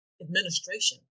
administration